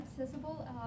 accessible